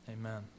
Amen